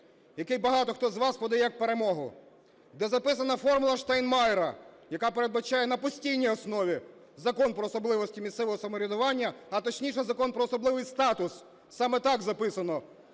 який багато хто з вас подає як перемогу, де записана "формула Штайнмайєра", яка передбачає на постійній основі Закон про особливості місцевого самоврядування, а точніше, Закон про особливий статус, саме так записано